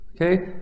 Okay